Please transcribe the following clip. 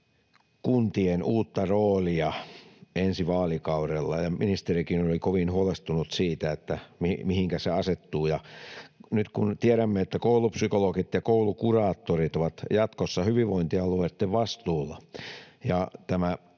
kuntien uutta roolia ensi vaalikaudella, ja ministerikin oli kovin huolestunut siitä, mihinkä se asettuu. Nyt kun tiedämme, että koulupsykologit ja koulukuraattorit ovat jatkossa hyvinvointialueitten vastuulla ja tämä